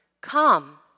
come